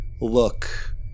look